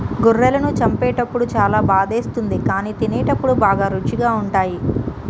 గొర్రెలను చంపేటప్పుడు చాలా బాధేస్తుంది కానీ తినేటప్పుడు బాగా రుచిగా ఉంటాయి